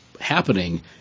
happening